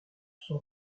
son